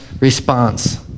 response